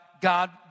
God